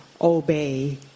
obey